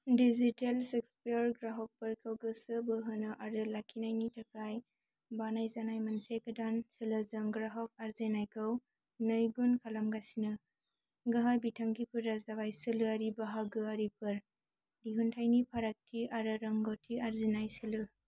digital ग्राहकफोरखौ गोसो बोहोनो आरो लाखिनायनि थाखाय बानायजानाय मोनसे गोदान सोलोजों ग्राहक आरजिनायखौ नै गुन खालामगासिनो गाहाय बिथांखिफोरा जाबाय सोलोआरि बाहागोआरिफोर दिहुनथायनि फारागथि आरो रोंग'थि आरजिनाय सोलो